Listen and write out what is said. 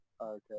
Okay